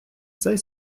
цей